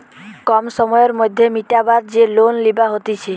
কম সময়ের মধ্যে মিটাবার যে লোন লিবা হতিছে